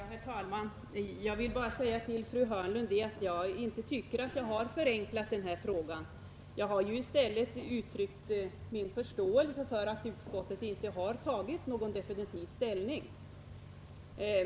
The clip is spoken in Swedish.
Herr talman! Jag vill bara säga till fru Hörnlund att jag inte tycker att jag har förenklat det hela. Jag har i stället uttryckt min förståelse för att utskottet inte nu har tagit någon definitiv ställning.